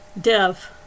Dev